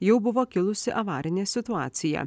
jau buvo kilusi avarinė situacija